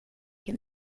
him